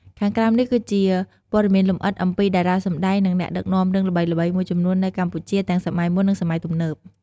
ខាងក្រោមនេះគឺជាព័ត៌មានលម្អិតអំពីតារាសម្តែង និងអ្នកដឹកនាំរឿងល្បីៗមួយចំនួននៅកម្ពុជា ទាំងសម័យមុន និងសម័យទំនើប។